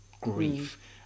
grief